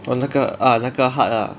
orh 那个 ah 那个 heart lah